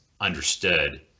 understood